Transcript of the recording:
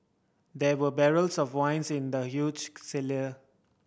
there were barrels of wines in the huge cellar